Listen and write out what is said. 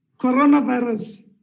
coronavirus